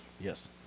Yes